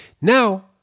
now